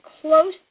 close